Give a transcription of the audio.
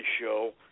show